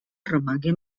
romangué